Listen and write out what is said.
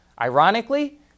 Ironically